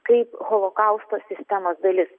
kaip holokausto sistemos dalis